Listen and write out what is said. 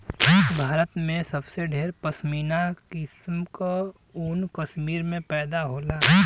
भारत में सबसे ढेर पश्मीना किसम क ऊन कश्मीर में पैदा होला